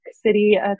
City